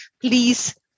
Please